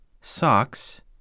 socks